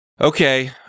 Okay